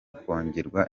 kongerwa